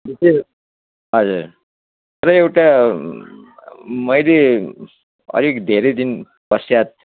विशेष हजुर र एउटा मैले अलिक धेरै दिन पश्चात्